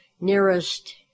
nearest